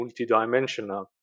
multidimensional